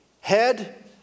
head